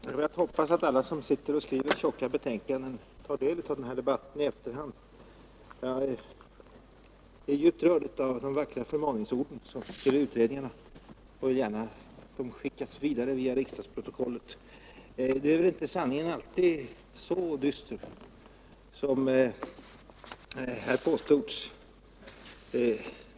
Herr talman! Jag hoppas att alla som sitter och skriver tjocka betänkanden tar del av den här debatten i efterhand. Jag blir djupt rörd över de vackra förmaningsorden till utredningarna och vill gärna att de via riksdagsprotokollet skickas vidare. Nu är emellertid sanningen inte alltid så dyster som här påstods.